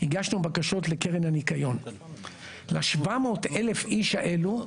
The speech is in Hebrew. הגשנו בקשות לקרן הניקיון ל-700 אלף איש האלו,